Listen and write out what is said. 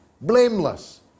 blameless